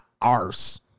arse